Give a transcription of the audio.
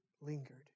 lingered